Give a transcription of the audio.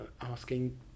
asking